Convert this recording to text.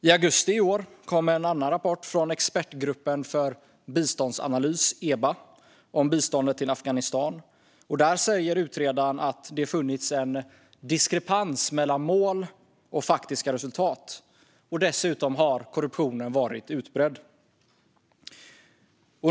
I augusti i år kom en rapport från Expertgruppen för biståndsanalys, EBA, om biståndet till Afghanistan. Där säger utredaren att det funnits en diskrepans mellan mål och faktiska resultat. Dessutom har korruptionen varit utbredd.